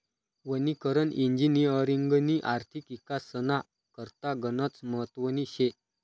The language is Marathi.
वनीकरण इजिनिअरिंगनी आर्थिक इकासना करता गनच महत्वनी शे